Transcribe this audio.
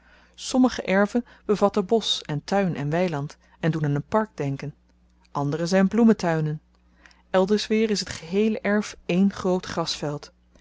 sommige erven bevatten bosch en tuin en weiland en doen aan een park denken anderen zyn bloemtuinen elders weer is t geheele erf één groot grasveld